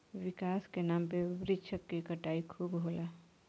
विकास के नाम पे वृक्ष के कटाई खूब होला